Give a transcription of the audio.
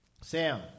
Sam